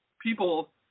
people